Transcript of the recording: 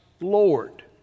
Lord